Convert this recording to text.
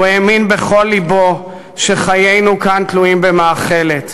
הוא האמין בכל לבו שחיינו כאן תלויים במאכלת.